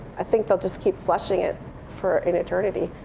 i think they'll just keep flushing it for an eternity.